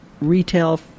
retail